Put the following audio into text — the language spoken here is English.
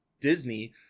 Disney